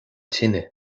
tine